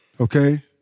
okay